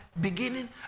beginning